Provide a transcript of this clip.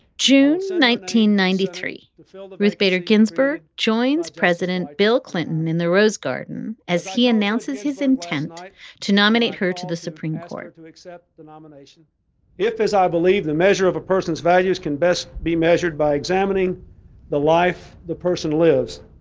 june nineteen ninety three to fill that, ruth bader ginsburg joins president bill clinton in the rose garden as he announces his intent to nominate her to the supreme court to accept the nomination if, as i believe, the measure of a person's values can best be measured by examining the life the person lives,